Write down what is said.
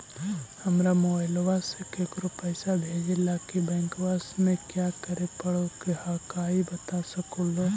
हमरा मोबाइलवा से केकरो पैसा भेजे ला की बैंकवा में क्या करे परो हकाई बता सकलुहा?